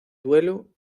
duelo